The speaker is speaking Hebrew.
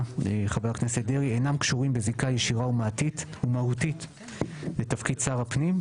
חבר הכנסת דרעי אינם קשורים בזיקה ישירה ומהותית לתפקיד שר הפנים.